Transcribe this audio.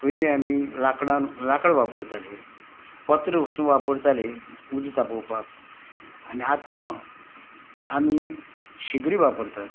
पयलीं आमी लांकडान लांकडां वापरताले पत्र वसून वापरताले उदक तापोवपाक आनी आतां आमी शिगडी वापरतात